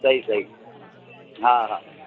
सई सई हा हा